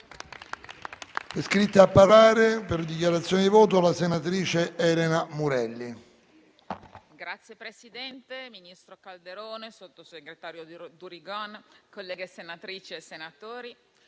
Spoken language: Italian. Signor Presidente, ministro Calderone, sottosegretario Durigon, colleghe senatrici e senatori,